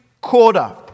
quarter